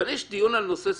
כאן יש דיון על נושא ספציפי,